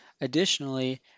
additionally